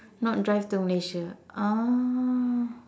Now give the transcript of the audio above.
not drive to Malaysia ah